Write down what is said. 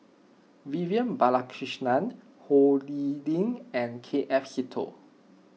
Vivian Balakrishnan Ho Lee Ling and K F Seetoh